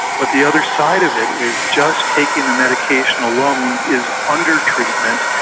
but the other side of it is just taking the medication alone is under-treatment,